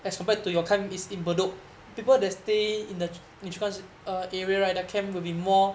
I suppose you can't be seen bedok before they stay which was uh area and uh can be more